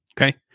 okay